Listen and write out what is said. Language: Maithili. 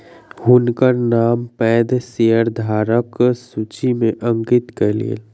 हुनकर नाम पैघ शेयरधारकक सूचि में अंकित कयल गेल